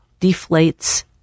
deflates